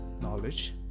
knowledge